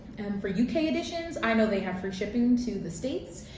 and for u k. editions, i know they have free shipping to the states.